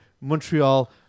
Montreal